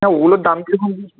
হ্যাঁ ওগুলোর দাম কীরকম